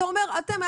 אתה אומר: אתם,